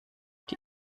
die